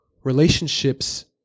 relationships